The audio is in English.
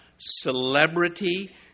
celebrity